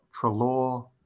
Trelaw